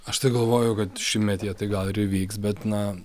aš tai galvoju kad šimtmetyje tai gal ir įvyks bet na